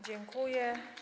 Dziękuję.